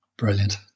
Brilliant